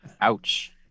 ouch